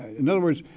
in other words,